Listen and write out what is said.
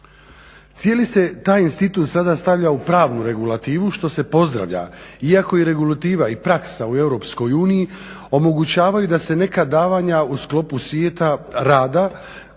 Cijeli se taj institut sada stavlja u pravnu regulativu što se pozdravlja iako je regulativa i praksa u EU omogućavaju da se neka davanja u sklopu svijeta rada